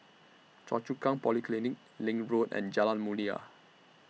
Choa Chu Kang Polyclinic LINK Road and Jalan Mulia